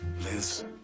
Liz